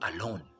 alone